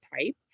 type